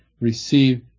receive